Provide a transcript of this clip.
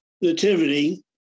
nativity